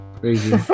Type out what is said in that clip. crazy